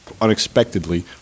unexpectedly